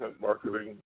marketing